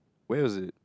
where was it